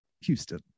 Houston